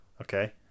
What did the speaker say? Okay